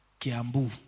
Kiambu